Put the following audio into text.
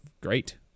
great